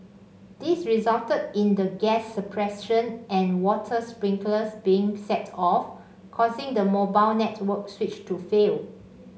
this resulted in the gas suppression and water sprinklers being set off causing the mobile network switch to fail